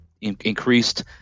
increased